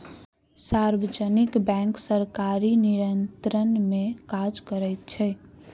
सार्वजनिक बैंक सरकारी नियंत्रण मे काज करैत छै